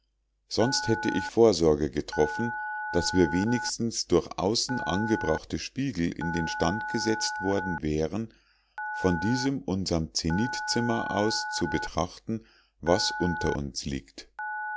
sonst hätte ich vorsorge getroffen daß wir wenigstens durch außen angebrachte spiegel in den stand gesetzt worden wären von diesem unserm zenithzimmer aus zu betrachten was unter uns liegt